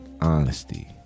honesty